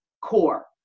core